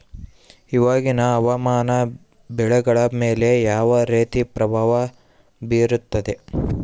ಇವಾಗಿನ ಹವಾಮಾನ ಬೆಳೆಗಳ ಮೇಲೆ ಯಾವ ರೇತಿ ಪ್ರಭಾವ ಬೇರುತ್ತದೆ?